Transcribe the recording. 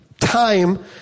Time